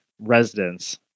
residents